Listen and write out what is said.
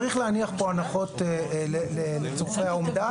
צריך להניח כאן הנחות לצורכי האומדן.